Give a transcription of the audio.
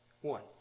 One